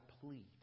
plead